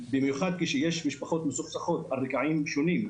במיוחד כשיש משפחות מסוכסכות על רקעים שונים,